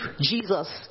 Jesus